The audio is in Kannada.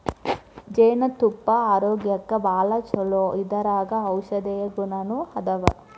ಜೇನತುಪ್ಪಾ ಆರೋಗ್ಯಕ್ಕ ಭಾಳ ಚುಲೊ ಇದರಾಗ ಔಷದೇಯ ಗುಣಾನು ಅದಾವ